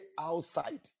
outside